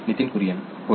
नितीन कुरियन होय